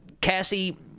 Cassie